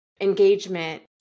engagement